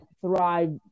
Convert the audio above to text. thrive